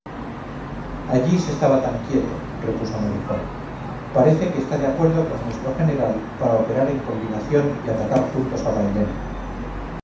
allí se estaba tan quieto repuso marijuán parece que está de acuerdo con nuestro general para operar en combinación y atacar juntos a bailén